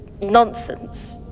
nonsense